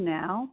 now